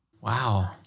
Wow